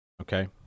Okay